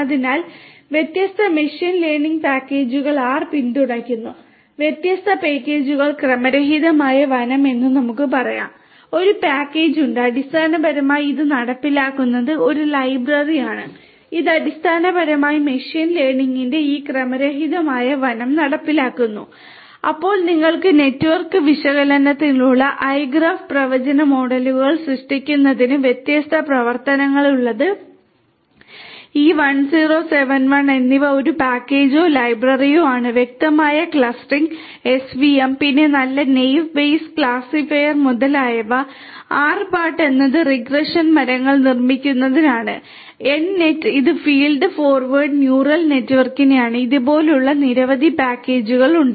അതിനാൽ വ്യത്യസ്ത machine learning പാക്കേജുകൾ ആർ പിന്തുണയ്ക്കുന്നു വ്യത്യസ്ത പാക്കേജുകൾ ക്രമരഹിതമായ വനം എന്ന് നമുക്ക് പറയാം ഒരു പാക്കേജ് ഉണ്ട് അടിസ്ഥാനപരമായി ഇത് നടപ്പിലാക്കുന്നത് ഒരു ലൈബ്രറിയാണ് ഇത് അടിസ്ഥാനപരമായി മെഷീൻ ലേണിംഗിന്റെ ഈ ക്രമരഹിതമായ വനം നടപ്പിലാക്കുന്നു അപ്പോൾ നിങ്ങൾക്ക് നെറ്റ്വർക്ക് വിശകലനത്തിനുള്ള ഇഗ്രാഫ് പ്രവചന മോഡലുകൾ സൃഷ്ടിക്കുന്നതിന് വ്യത്യസ്ത പ്രവർത്തനങ്ങൾ ഉള്ളത് e1071 എന്നിവ ഒരു പാക്കേജോ ലൈബ്രറിയോ ആണ് അവ്യക്തമായ ക്ലസ്റ്ററിംഗ് svm പിന്നെ നല്ല Naive Bayes ക്ലാസിഫയർ മുതലായവ rpart എന്നത് റിഗ്രഷൻ മരങ്ങൾ നിർമ്മിക്കുന്നതിനാണ് nnet ഇത് ഫീഡ് ഫോർവേഡ് ന്യൂറൽ നെറ്റ്വർക്കിനെയാണ് ഇതുപോലുള്ള നിരവധി വ്യത്യസ്ത പാക്കേജുകൾ ഉണ്ട്